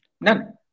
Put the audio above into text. none